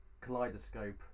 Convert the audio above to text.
Kaleidoscope